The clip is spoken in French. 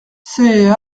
ses